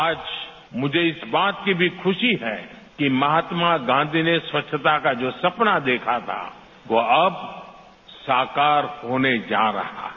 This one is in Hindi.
आज मुझे इस बात की भी खुशी है कि महात्मा गांधी ने स्वच्छता का जो सपना देखा था वो अब साकार होने जा रहा है